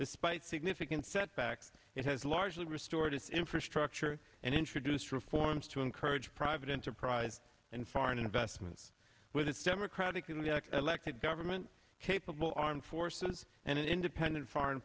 despite significant setback it has largely restored its infrastructure and introduced reforms to encourage private enterprise and foreign investments with its democratically elected government capable armed forces and independent foreign